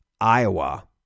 Iowa